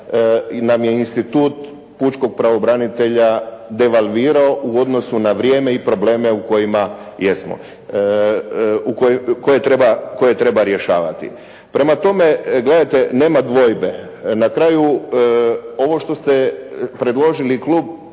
nam je institut pučkog pravobranitelja devalvirao u odnosu na vrijeme i probleme u kojima jesmo, koje treba rješavati. Prema tome, gledajte, nema dvojbe, na kraju ovo što ste predložili klub